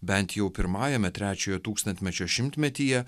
bent jau pirmajame trečiojo tūkstantmečio šimtmetyje